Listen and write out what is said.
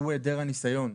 והוא העדר הניסיון.